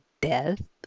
death